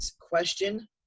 question